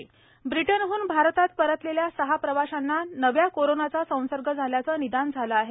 नवा कोरोना संसर्ग ब्रिटनहन भारतात परतलेल्या सहा प्रवाशांना नव्या कोरोनाचा संसर्ग झाल्याचं निदान झालं आहे